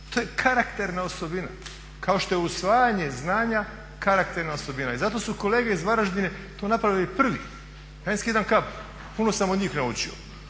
To je karakterna osobina, kao što je usvajanje znanja karakterna osobina i zato su kolege iz Varaždina to napravili prvi. Ja im skidam kapu, puno sam od njih naučio.